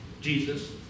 Jesus